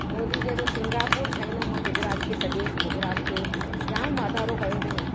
मोदी चए थो सिंगापुर ठाहींदुमि मां गुजरात खे सॼे गुजरात खे जाम वधारो कयो अथईं